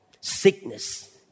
sickness